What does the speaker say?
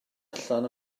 allan